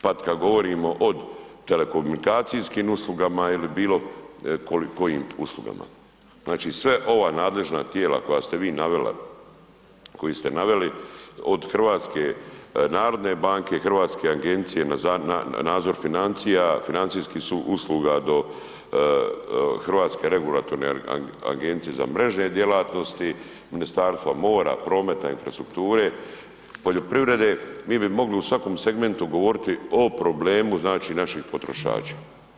Pa kad govorimo od telekomunikacijskim uslugama ili bilo kojim uslugama, znači sve ova nadležna tijela koja ste vi navela, koji ste naveli od HNB-a, Hrvatske agencije za nadzor financija, financijskih usluga do Hrvatske regulatorne agencije za mrežne djelatnosti, Ministarstva mora, prometa, infrastrukture, poljoprivrede mi bi mogli u svakom segmentu govoriti o problemu znači naših potrošača.